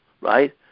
Right